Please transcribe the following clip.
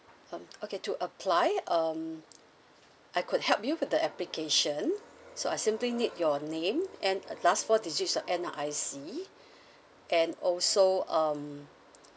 mm okay to apply um I could help you for the applications so I simply need your name and last four digits N_R_I_C and also um